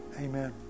Amen